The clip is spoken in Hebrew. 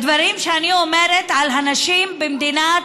בדברים שאני אומרת על הנשים במדינת